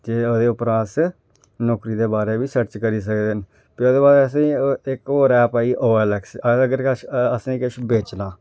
केह् उ'दे परां अस नौकरी दे बारे बी सर्च करी सकने न ते उ'दे बाद असेंगी इक होर ऐप आई ओ एल एक्स अगर असेंगी किश बेचना